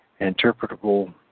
interpretable